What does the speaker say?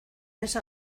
esa